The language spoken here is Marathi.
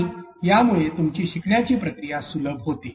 आणि यामुळे तुमची शिकण्याची प्रक्रिया सुलभ होते